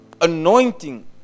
Anointing